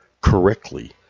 correctly